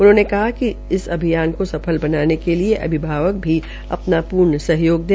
उन्होंने कहा कि इस अभियान को सफल बनाने के लिए अभिभावक भी अपना पूर्ण सहयोग दें